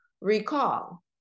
recall